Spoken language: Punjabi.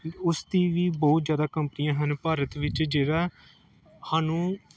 ਉਸ ਦੀ ਵੀ ਬਹੁਤ ਜ਼ਿਆਦਾ ਕੰਪਨੀਆਂ ਹਨ ਭਾਰਤ ਵਿੱਚ ਜਿਹੜਾ ਸਾਨੂੰ